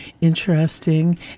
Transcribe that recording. interesting